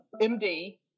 MD